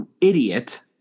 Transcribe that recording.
idiot